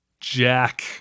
Jack